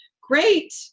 great